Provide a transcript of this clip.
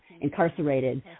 incarcerated